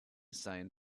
seien